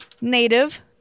Native